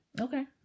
Okay